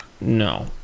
no